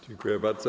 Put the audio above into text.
Dziękuję bardzo.